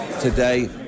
today